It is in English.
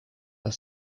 are